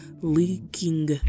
leaking